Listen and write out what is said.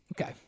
Okay